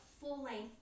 full-length